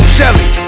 Shelly